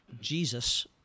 Jesus